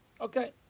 Okay